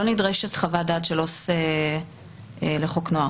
לא נדרשת חוות דעת של עובד סוציאלי לחוק נוער.